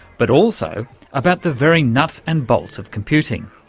but also about the very nuts and bolts of computing.